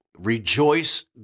Rejoice